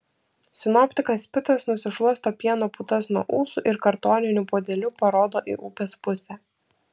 sinoptikas pitas nusišluosto pieno putas nuo ūsų ir kartoniniu puodeliu parodo į upės pusę